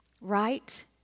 Right